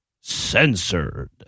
censored